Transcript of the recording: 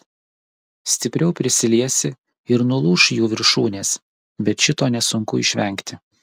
stipriau prisiliesi ir nulūš jų viršūnės bet šito nesunku išvengti